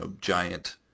giant